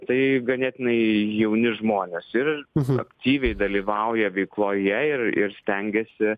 tai ganėtinai jauni žmonės ir aktyviai dalyvauja veikloje ir ir stengiasi